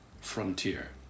frontier